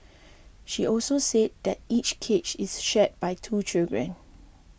she also said that each cage is shared by two children